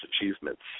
achievements